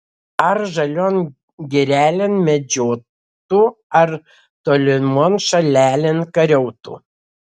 ar žalion girelėn medžiotų ar tolimon šalelėn kariautų